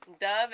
Dove